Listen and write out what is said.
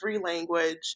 language